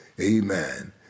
Amen